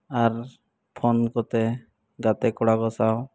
ᱟᱨ phone ᱠᱚᱛᱮ ᱜᱟᱛᱮ ᱠᱚᱲᱟ ᱠᱚ ᱥᱟᱶ